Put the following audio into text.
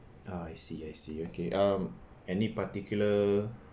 I see I see okay um any particular